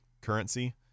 currency